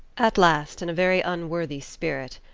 at last, in a very unworthy spirit,